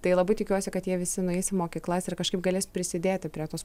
tai labai tikiuosi kad jie visi nueis į mokyklas ir kažkaip galės prisidėti prie tos